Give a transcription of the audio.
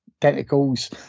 tentacles